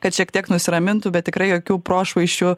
kad šiek tiek nusiramintų bet tikrai jokių prošvaisčių